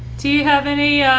do you have any